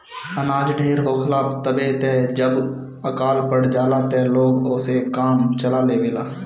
अनाज ढेर होखेला तबे त जब अकाल पड़ जाला त लोग ओसे काम चला लेवेला